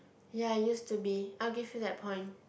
ya used to be I will give you that point